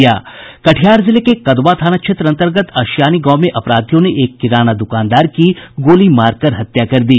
कटिहार जिले के कदवा थाना क्षेत्र अंतर्गत अशियानी गांव में अपराधियों ने एक किराना दुकानदार की गोली मारकर हत्या कर दी